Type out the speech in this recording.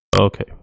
okay